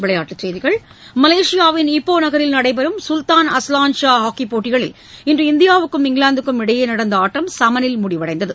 விளையாட்டுச் செய்திகள் மலேசியாவின் ஈப்போ நகரில் நடைபெறும் சுல்தான் அஸ்வான் ஷா ஹாக்கிப் போட்டிகளில் இன்று இந்தியாவுக்கும் இங்கிலாந்துக்கும் இடையே நடந்த ஆட்டம் சமனில் முடிவடைந்தது